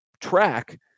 track